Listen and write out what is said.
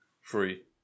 Free